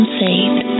saved